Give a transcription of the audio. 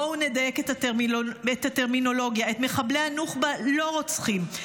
בואו נדייק את הטרמינולוגיה: את מחבלי הנוח'בה לא רוצחים,